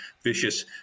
vicious